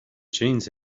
jeans